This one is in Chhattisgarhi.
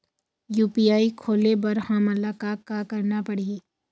यू.पी.आई खोले बर हमन ला का का करना पड़ही?